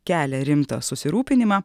kelia rimtą susirūpinimą